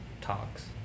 talks